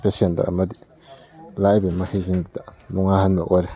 ꯄꯦꯁꯦꯟꯗ ꯑꯃꯗꯤ ꯂꯥꯛꯏꯕ ꯃꯈꯩꯁꯤꯡꯗꯨꯗ ꯅꯨꯡꯉꯥꯏꯍꯟꯕ ꯑꯣꯏꯔꯦ